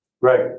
right